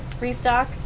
restock